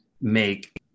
make